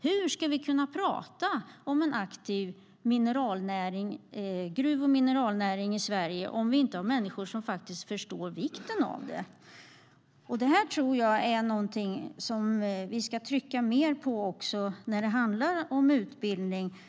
Hur ska vi kunna prata om en aktiv gruv och mineralnäring i Sverige om vi inte har människor som förstår vikten av den? Detta är någonting som vi ska trycka mer på också när det handlar om utbildning, anser jag.